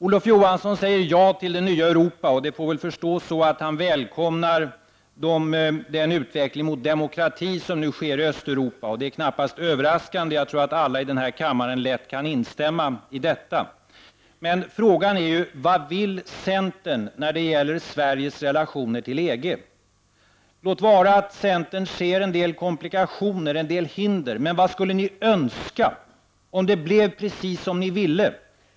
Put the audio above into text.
Olof Johansson säger ja till det nya Europa, och det är väl förstås så att han välkomnar den utveckling mot demokrati som nu sker i Östeuropa. Det är knappast överraskande, och jag tror att alla i den här kammaren lätt kan instämma i detta. Men frågan är: Vad vill centern när det gäller Sveriges relationer till EG? Låt vara att centern ser en del komplikationer, en del hinder. Men vad skulle ni önska om det blev precis som ni ville?